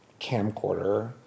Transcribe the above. camcorder